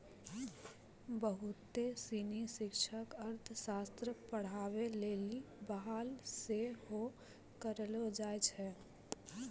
बहुते सिनी शिक्षक अर्थशास्त्र पढ़ाबै लेली बहाल सेहो करलो जाय छै